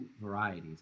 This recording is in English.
varieties